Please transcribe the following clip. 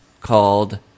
Called